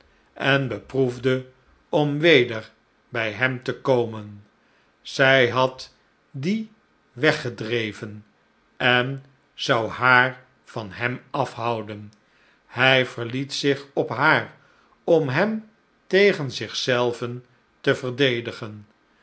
en beproefde om weder bli hem te komen zn had die weggedreven en zou haar van hem afhouden hij verliet zich op haar om hem tegen zich zeiven te verdedigen